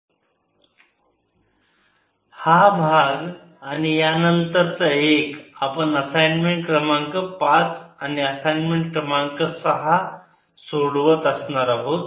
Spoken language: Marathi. प्रॉब्लेम्स 1 5 हा भाग आणि यानंतर चा एक आपण असाईनमेंट क्रमांक पाच आणि असाइनमेंट क्रमांक सहा सोडवत असणार आहोत